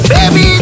Baby